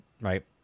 Right